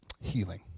healing